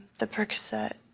the percocet.